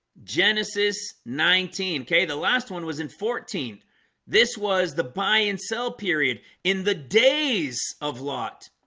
genesis nineteen. okay. the last one was in fourteen this was the buy and sell period in the days of lot